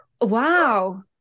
Wow